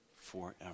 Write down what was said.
forever